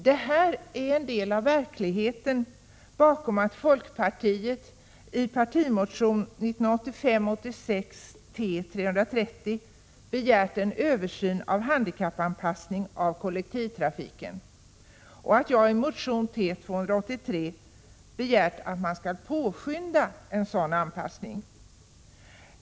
Detta är en del av verkligheten bakom att folkpartiet i partimotion 1985/86:T330 har begärt en översyn av handikappanpassning av kollektivtrafiken och att jag i motion T283 begärt att man skall påskynda en sådan anpassning.